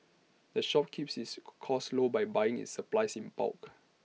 the shop keeps its costs low by buying its supplies in bulk